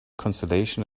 consolation